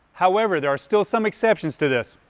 however, there are still some exceptions to this.